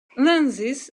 lenses